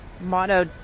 motto